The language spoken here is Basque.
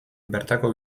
bertako